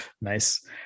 Nice